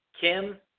Kim